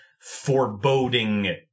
foreboding